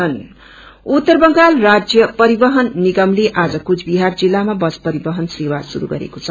NBSTC उत्तर बंगाल राज्य परिवहन निगमले आज कुचविहार जित्लामा बस परिवहन सेवा श्रुस गरेको छ